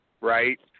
right